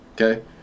Okay